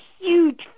huge